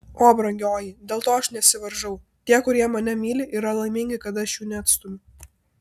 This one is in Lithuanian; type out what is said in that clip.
o brangioji dėl to aš nesivaržau tie kurie mane myli yra laimingi kad aš jų neatstumiu